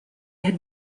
had